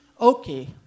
Okay